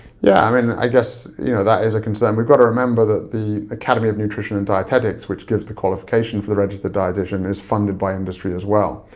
yeah, i mean, i guess, you know that is a concern. we've gotta remember that the academy of nutrition and dietetics, which gives the qualification for the registered dietician, is funded by industry, as well.